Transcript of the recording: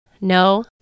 No